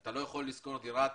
אתה לא יכול לשכור דירת